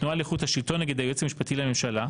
התנועה לאיכות השלטון נגד היועץ המשפטי לממשלה,